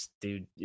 Dude